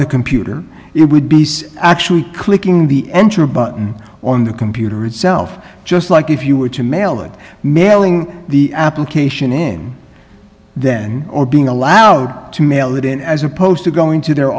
the computer it would be nice actually clicking the enter button on the computer itself just like if you were to mail it mailing the application in then or being allowed to mail it in as opposed to going to their